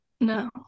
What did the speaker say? No